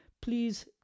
Please